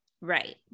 right